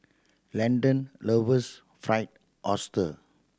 Landen loves Fried Oyster